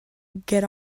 get